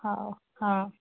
ହଉ ହଁ